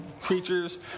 creatures